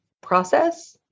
process